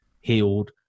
healed